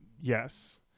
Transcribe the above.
Yes